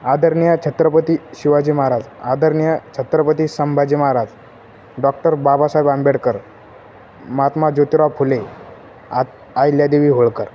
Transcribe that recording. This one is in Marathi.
आदरणीय छत्रपती शिवाजी महाराज आदरणीय छत्रपती संभाजी महाराज डॉक्टर बाबासाहेब आंबेडकर महात्मा जोतीराव फुले आ अहल्यादेवी होळकर